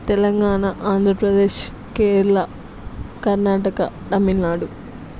Telangana Andhra Pradesh Kerala Karnataka Tamil Nadu